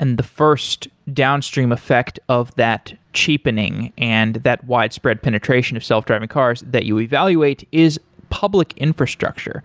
and the first downstream effect of that cheapening and that widespread penetration of self-driving cars that you evaluate is public infrastructure,